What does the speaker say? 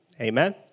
Amen